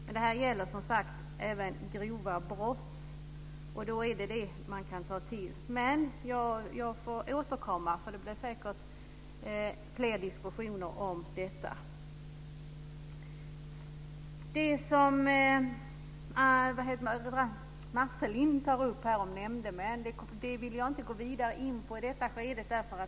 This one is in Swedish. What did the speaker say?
Men det här gäller som sagt även grova brott och då är det detta man kan ta till. Men jag får återkomma, för det blir säkert fler diskussioner om detta. Det som Ragnwi Marcelind tar upp om nämndemän vill jag inte gå vidare in på i detta skede.